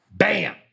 Bam